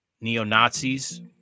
neo-nazis